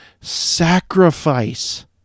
sacrifice